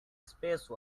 space